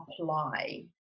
apply